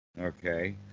okay